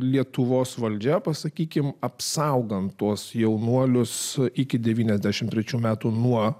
lietuvos valdžia pasakykime apsaugant tuos jaunuolius iki devyniasdešim trečių metų nuo